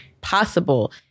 possible